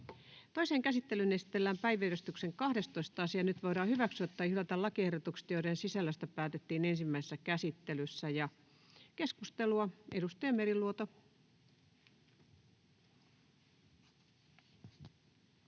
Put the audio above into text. Toiseen käsittelyyn esitellään päiväjärjestyksen 11. asia. Nyt voidaan hyväksyä tai hylätä lakiehdotukset, joiden sisällöstä päätettiin ensimmäisessä käsittelyssä. — Edustaja Kemppi,